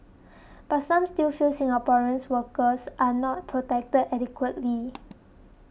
but some still feel Singaporeans workers are not protected adequately